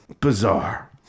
bizarre